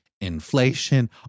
inflation